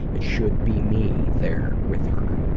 it should be me there with her.